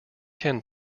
can